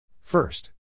First